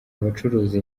abacuruza